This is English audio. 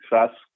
success